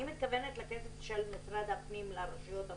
אני מתכוונת לכסף של משרד הפנים לרשויות המקומיות,